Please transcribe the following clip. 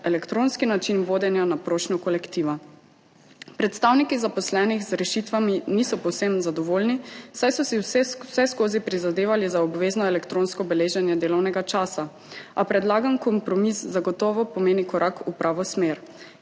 elektronski način vodenja na prošnjo kolektiva. Predstavniki zaposlenih z rešitvami niso povsem zadovoljni, saj so si vseskozi prizadevali za obvezno elektronsko beleženje delovnega časa, a predlagan kompromis zagotovo pomeni korak v pravo smer.